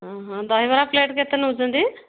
ଅଁ ହଁ ଦହିବରା ପ୍ଲେଟ୍ କେତେ ନଉଛନ୍ତି